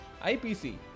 IPC